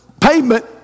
pavement